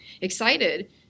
excited